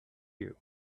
you